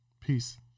Peace